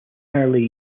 early